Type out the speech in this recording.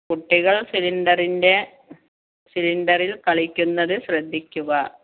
കുട്ടികൾ സിലിണ്ടറിന്റെ സിലിണ്ടറിൽ കളിക്കുന്നത് ശ്രദ്ധിക്കുക